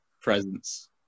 presence